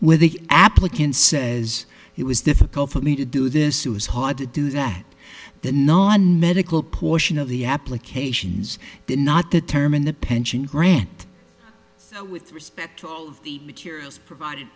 where the applicant says it was difficult for me to do this it was hard to do that the non medical portion of the applications did not determine the pension grant with respect to all of the materials provided